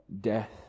death